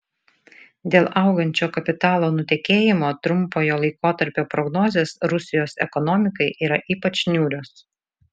dėl augančio kapitalo nutekėjimo trumpojo laikotarpio prognozės rusijos ekonomikai yra ypač niūrios